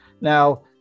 Now